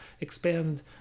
expand